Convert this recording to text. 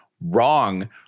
wrong